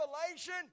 Revelation